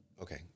Okay